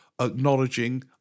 acknowledging